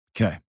Okay